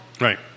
Right